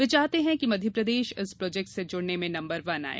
वे चाहते हैं कि मध्यप्रदेश इस प्रोजेक्ट से जुड़ने में नंबर वन आए